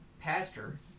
Pastor